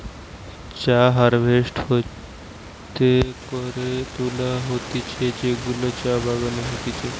চা হারভেস্ট হাতে করে তুলা হতিছে যেগুলা চা বাগানে হতিছে